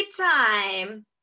time